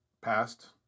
passed